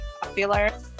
popular